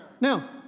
Now